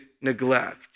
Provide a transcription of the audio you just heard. neglect